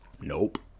nope